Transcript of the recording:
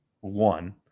one